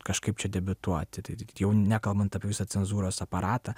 kažkaip čia debiutuoti tai tik jau nekalbant apie cenzūros aparatą